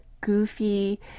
goofy